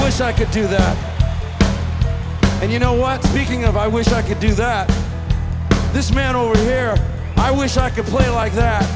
wish i could do that and you know what speaking of i wish i could do that this man over there i wish i could play like that